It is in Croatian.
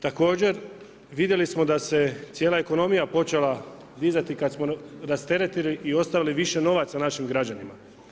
Također vidjeli smo da se cijela ekonomija počela dizati kada smo rasteretili i ostavili više novaca našim građanima.